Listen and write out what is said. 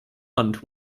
hunt